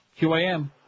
QAM